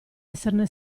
esserne